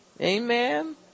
Amen